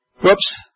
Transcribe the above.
Whoops